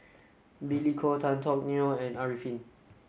Billy Koh Tan Teck Neo and Arifin